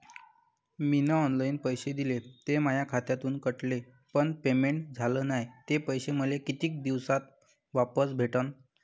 मीन online पैसे दिले, ते माया खात्यातून कटले, पण पेमेंट झाल नायं, ते पैसे मले कितीक दिवसात वापस भेटन?